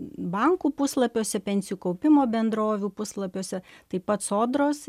bankų puslapiuose pensijų kaupimo bendrovių puslapiuose taip pat sodros